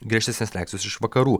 griežtesnės reakcijos iš vakarų